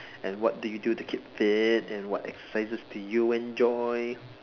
and what do you do to keep fit and what exercises do you enjoy